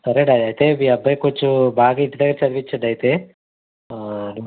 సరేనయ్యా అయితే మీ అబ్బాయిని కొంచెం బాగా ఇంటిదగ్గర చదివించండి అయితే